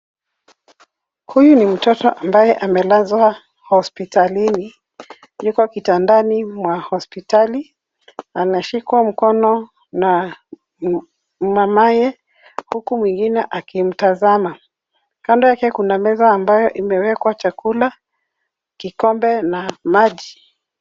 Huyu ni mtoto ambaye amelazwa hospitalini. Yuko kitandani mwa hospitali, anashikwa mkono na mamaye huku mwingine akimtazama. Kando yake kuna meza ambayo imewekwa chakula, kikombe na maji.